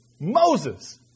Moses